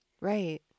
Right